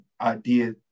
idea